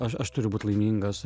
aš aš turiu būt laimingas